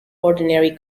ordinary